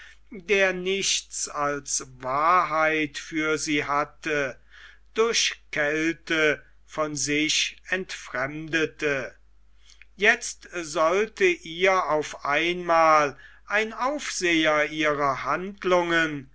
der nichts als wahrheit für sie hatte durch kälte von sich entfremdete jetzt sollte ihr auf einmal ein aufseher ihrer handlungen